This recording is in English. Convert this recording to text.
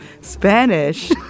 Spanish